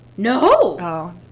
No